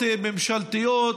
חברות ממשלתיות,